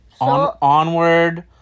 Onward